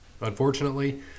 unfortunately